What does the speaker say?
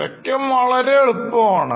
വരയ്ക്കാൻ വളരെ എളുപ്പമാണ്